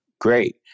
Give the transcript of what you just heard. Great